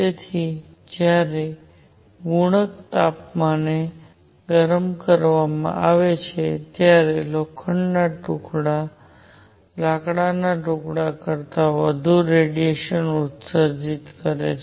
તેથી જ્યારે અમુક તાપમાને ગરમ કરવામાં આવે ત્યારે લોખંડ લાકડાના ટુકડા કરતાં ઘણું વધારે રેડિયેશન ઉત્સર્જિત કરશે